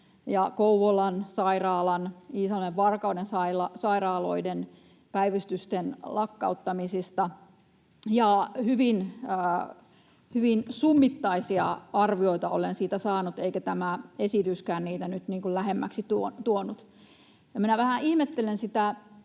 Kouvolan sairaalan, Iisalmen ja Varkauden sairaaloiden päivystysten lakkauttamisista. Hyvin summittaisia arvioita olen niistä saanut, eikä tämä esityskään niitä nyt lähemmäksi tuonut. Minä vähän ihmettelen sitä,